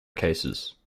cases